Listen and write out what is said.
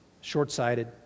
short-sighted